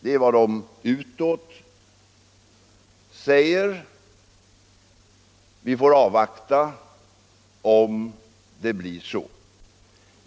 Det är vad de utåt säger. Vi får avvakta och se om det blir så.